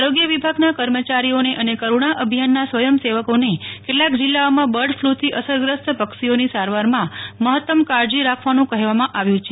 આરોગ્ય વિભાગના કર્મચારીઓને અને કરુણા અભિયાના સ્વયંસેવકોને કેટલાંક જિલ્લાઓમાં બર્ડફ્લુથી અસરગ્રસ્ત પક્ષીઓની સારવારમાં મહત્તમ કાળજી રાખવાનું કહેવામાં આવ્યું છે